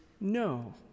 no